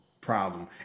problem